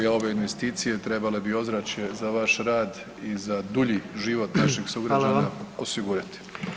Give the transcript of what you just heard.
A ove investicije, trebale bi ozračje za vaš rad i za dulji život naših sugrađana [[Upadica: Hvala vam.]] osigurati.